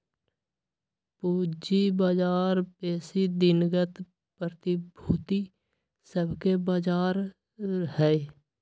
पूजी बजार बेशी दिनगत प्रतिभूति सभके बजार हइ